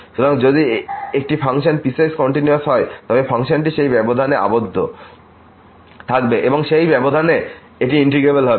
সুতরাং যদি একটি ফাংশন পিসওয়াইস কন্টিনিউয়াস হয় তবে ফাংশনটি সেই ব্যবধানে আবদ্ধ থাকবে এবং সেই ব্যবধানে এটি ইন্টিগ্রেবল হবে